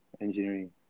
engineering